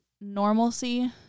normalcy